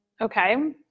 okay